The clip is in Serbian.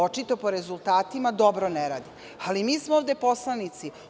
Očito, po rezultatima dobro ne radi, ali mi smo ovde poslanici.